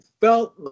felt